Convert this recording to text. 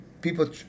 people